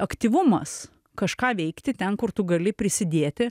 aktyvumas kažką veikti ten kur tu gali prisidėti